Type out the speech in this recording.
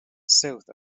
south